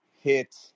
hit